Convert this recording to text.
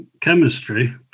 chemistry